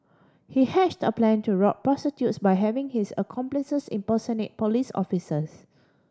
he hatched a plan to rob prostitutes by having his accomplices impersonate police officers